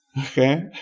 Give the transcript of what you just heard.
Okay